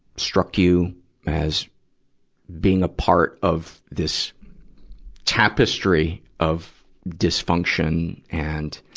struck you as being a part of this tapestry of dysfunction and,